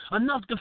enough